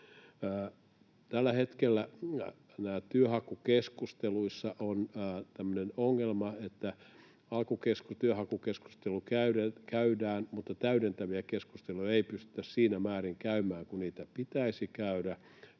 Tällä hetkellä työnhakukeskusteluissa on tämmöinen ongelma, että alkutyönhakukeskustelu käydään, mutta täydentäviä keskusteluja ei pystytä siinä määrin käymään kuin niitä pitäisi käydä.